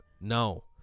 No